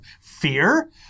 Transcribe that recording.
fear—